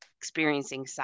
experiencing